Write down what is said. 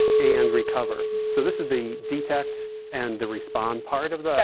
and recover. so this is the detect and the respond part of that,